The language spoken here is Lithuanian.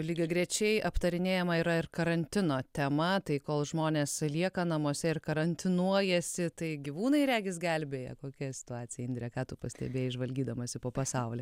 lygiagrečiai aptarinėjama yra ir karantino tema tai kol žmonės lieka namuose ir karantinuojasi tai gyvūnai regis gelbėja kokia situacija indre ką tu pastebėjai žvalgydamasi po pasaulį